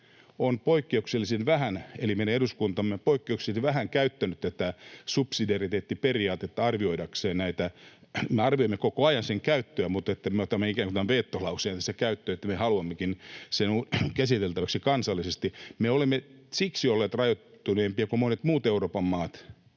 totesi, että Suomi, eli meidän eduskuntamme, on poikkeuksellisen vähän käyttänyt tätä subsidiariteettiperiaatetta arvioidakseen näitä. Me arvioimme koko ajan sen käyttöä, mutta me otamme ikään kuin tämän veto-lauseen tässä käyttöön, että me haluammekin sen käsiteltäväksi kansallisesti. Me olemme olleet rajoittuneempia kuin monet muut Euroopan maat